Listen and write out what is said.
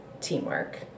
teamwork